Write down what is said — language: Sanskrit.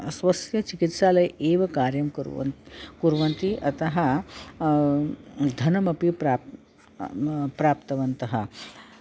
स्वस्य चिकित्सालये एव कार्यं कुर्वन् कुर्वन्ति अतः धनमपि प्राप् प्राप्तवन्तः